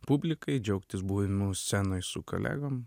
publikai džiaugtis buvimu scenoj su kolegom